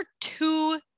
two